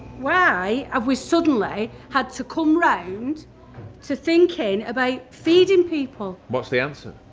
why have we suddenly had to come round to thinking about feeding people? what's the answer?